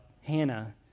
Hannah